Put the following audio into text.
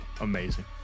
amazing